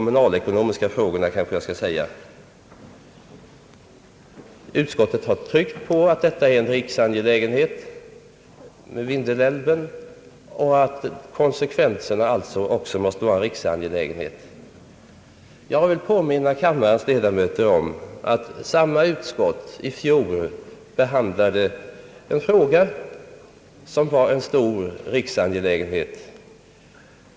Utskottet har tryckt på att Vindelälven är en riksangelägenhet och att konsekvenserna också måste vara en riksangelägenhet. Jag vill påminna kammarens ledamöter om att samma utskott i fjol behandlade en annan fråga som var en riksangelägenhet.